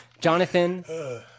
Jonathan